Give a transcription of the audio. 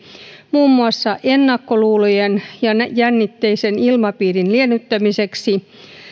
muun muassa ennakkoluulojen ja jännitteisen ilmapiirin liennyttämiseksi